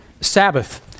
Sabbath